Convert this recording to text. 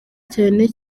cyane